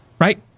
right